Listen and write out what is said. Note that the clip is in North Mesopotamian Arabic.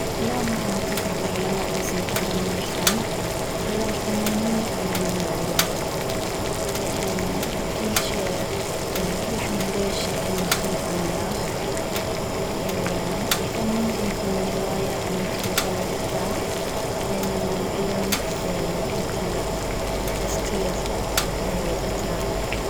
لا ما اعتقد العلماء لازم يتعلمون الفن ولا الفنانين يتعلمون العلوم لان كلشي كل ويحد من هذولي الشيئين مختلف عن الخ والفن ممكن يكون هواية او ممكن يتطلب ابداع بينما العلم يتطلب تفكير وذكاء